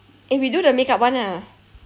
eh we do the makeup [one] ah